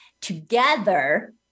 Together